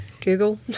Google